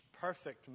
perfect